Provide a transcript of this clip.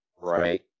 Right